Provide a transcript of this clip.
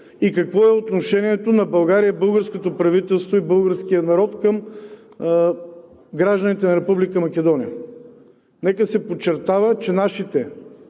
и какво е отношението на България и българското правителство, и българския народ към гражданите на Република Македония. Нека се подчертава, че нашите